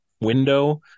window